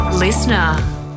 Listener